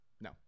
No